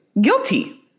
Guilty